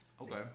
Okay